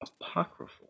Apocryphal